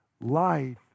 life